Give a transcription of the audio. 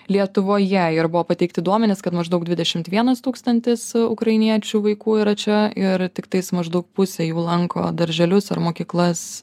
lietuvoje ir buvo pateikti duomenys kad maždaug dvidešimt vienas tūkstantis ukrainiečių vaikų yra čia ir tiktais maždaug pusė jų lanko darželius ar mokyklas